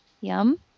Yum